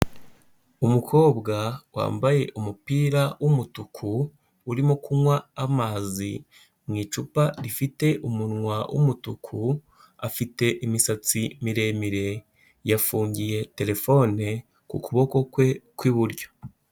Umukobwa wambaye umupira w'umutuku, urimo kunywa amazi, mu icupa rifite umunwa w'umutuku, afite imisatsi miremire, yafungiye telefone ku kuboko kwe kw'iburyo.